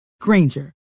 Granger